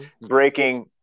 breaking